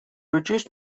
reduced